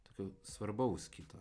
tokio svarbaus kito